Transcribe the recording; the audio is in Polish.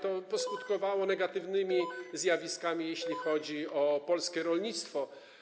To skutkowało negatywnymi zjawiskami, jeśli chodzi o polskie rolnictwo.